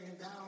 down